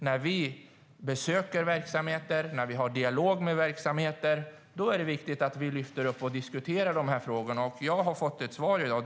När vi besöker verksamheter och har dialog med verksamheter är det viktigt att vi lyfter upp och diskuterar frågorna. Jag har fått ett svar i dag.